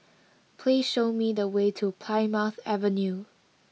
please show me the way to Plymouth Avenue